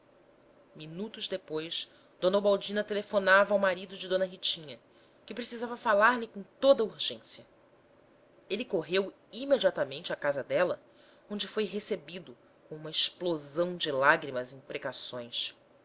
minutos depois d ubaldina telefonava ao marido de d ritinha que precisava falar-lhe com toda urgência ele correu imediatamente à casa dela onde foi recebido com uma explosão de lágrimas e imprecações